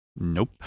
Nope